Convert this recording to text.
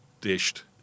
dished